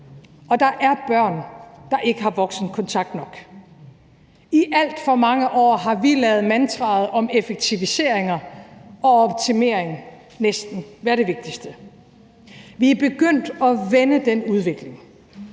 og der er børn, der ikke har nok voksenkontakt. I alt for mange år har vi ladet mantraet om effektiviseringer og optimering næsten være det vigtigste, men vi er begyndt at vende den udvikling.